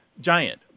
Giant